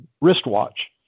wristwatch